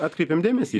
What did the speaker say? atkreipiam dėmesį